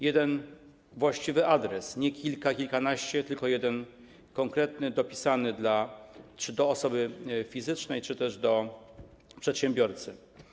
Jeden właściwy adres - nie kilka, kilkanaście, tylko jeden konkretny, dopisany do osoby fizycznej czy do przedsiębiorcy.